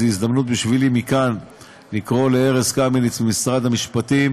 זו הזדמנות בשבילי מכאן לקרוא לארז קמיניץ ממשרד המשפטים,